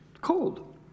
Cold